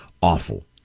awful